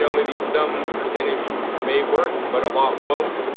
so maybe some percentage may work but a lot won't.